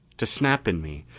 to snap and me,